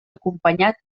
acompanyat